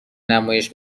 نمایش